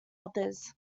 others